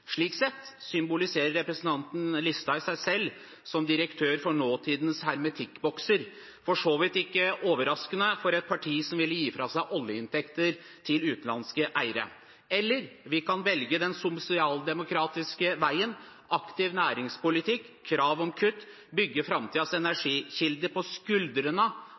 Slik sett symboliserer representanten Listhaug seg selv som direktør for nåtidens hermetikkbokser, for så vidt ikke overraskende for et parti som ville gi fra seg oljeinntekter til utenlandske eiere. Eller vi kan velge den sosialdemokratiske veien: aktiv næringspolitikk, krav om kutt, bygge framtidens energikilder på skuldrene